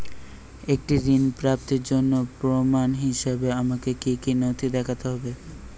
একটি ঋণ প্রাপ্তির জন্য প্রমাণ হিসাবে আমাকে কী কী নথি দেখাতে হবে?